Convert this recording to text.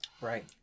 right